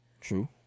True